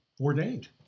ordained